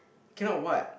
cannot what